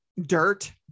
dirt